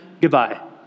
Goodbye